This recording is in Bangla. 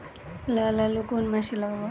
লাল আলু কোন মাসে লাগাব?